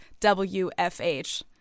WFH